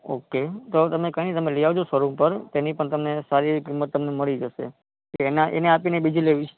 okay તો તમે કાઈ નહીં તમે લઇ આવજો શોરૂમ પર તેની પણ તમને સારી એવી કિંમત તમને મળી જશે એના એને આપીને બીજી લેવી છે